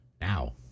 now